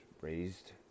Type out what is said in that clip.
raised